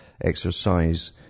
exercise